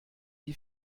die